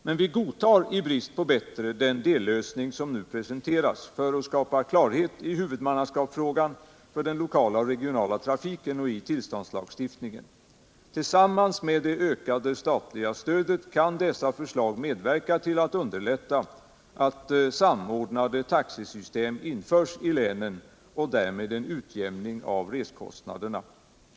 Men vi godtar i brist på bättre den dellösning som nu presenteras, för att skapa klarhet i huvudmannaskapsfrågan för den lokala och regionala trafiken och i tillståndslagstiftningen. Tillsammans med det ökade statliga stödet kan dessa förslag medverka till att underlätta att samordnade taxesystem införs i länen och därmed en utjämning av reskostnaderna.